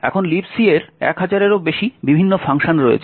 এখন Libc এর এক হাজারেরও বেশি বিভিন্ন ফাংশন রয়েছে